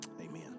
amen